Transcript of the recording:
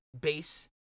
base